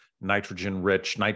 nitrogen-rich